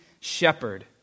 shepherd